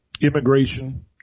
Immigration